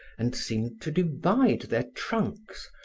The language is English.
and seemed to divide their trunks,